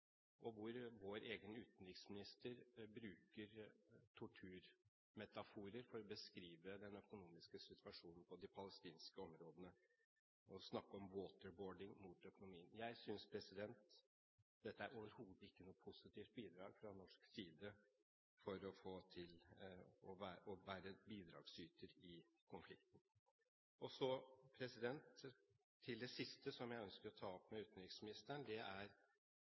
vår egen utenriksminister brukte torturmetaforer for å beskrive den økonomiske situasjonen på de palestinske områdene ved å snakke om waterboarding mot økonomien. Jeg synes dette overhodet ikke er noe positivt bidrag fra norsk side i konflikten. Så til det siste som jeg ønsker å ta opp med utenriksministeren. Det er